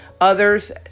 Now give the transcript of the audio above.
others